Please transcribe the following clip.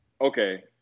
okay